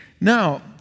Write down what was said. Now